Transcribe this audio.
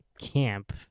camp